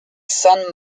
san